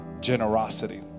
generosity